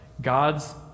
God's